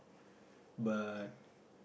but